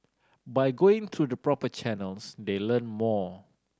by going through the proper channels they learn more